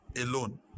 alone